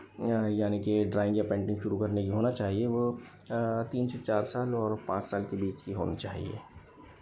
यानि कि ड्राइंग या पेंटिंग वो तीन से चार साल और पाँच साल के बीच ही होनी चाहिए